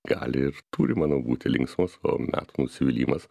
gali ir turi manau būti linksmos o metų nusivylimas